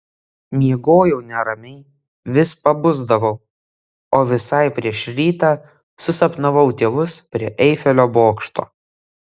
miegojau neramiai vis pabusdavau o visai prieš rytą susapnavau tėvus prie eifelio bokšto